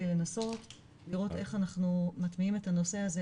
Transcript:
לנסות ולראות איך אנחנו מטמיעים את הנושא הזה,